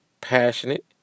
passionate